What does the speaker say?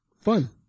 Fun